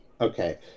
Okay